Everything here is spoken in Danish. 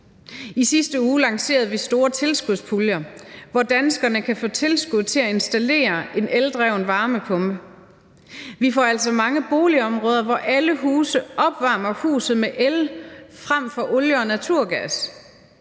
I sidste uge lancerede vi store tilskudspuljer, hvor danskerne kan få tilskud til at installere en eldreven varmepumpe. Vi får altså mange boligområder, hvor alle huse opvarmes med el frem for med olie og naturgas.